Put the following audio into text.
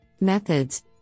Methods